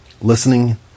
listening